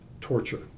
torture